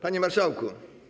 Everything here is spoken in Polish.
Panie Marszałku!